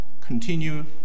continue